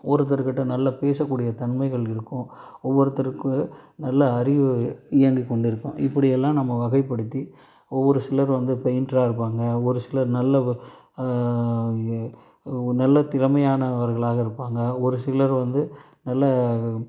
ஒருத்தர்க்கிட்ட நல்ல பேசக்கூடிய தன்மைகள் இருக்கும் ஒவ்வொருத்தருக்கு நல்ல அறிவு இயங்கிக்கொண்டிருக்கும் இப்டியெல்லாம் நம்ம வகைப்படுத்தி ஒரு சிலர் வந்து பெயிண்டராக இருப்பாங்க ஒரு சிலர் நல்ல நல்ல திறமையானவர்களாக இருப்பாங்க ஒரு சிலர் வந்து நல்ல